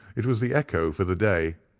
it was the echo for the day,